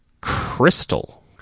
crystal